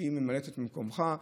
שהיא ממלאת את מקומך.